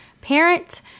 parent